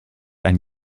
ein